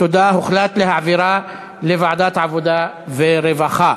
מוקדם בוועדת העבודה, הרווחה